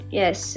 yes